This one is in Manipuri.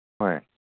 ꯍꯣꯏ